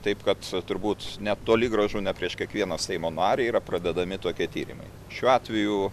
taip kad turbūt net toli gražu ne prieš kiekvieną seimo narį yra pradedami tokie tyrimai šiuo atveju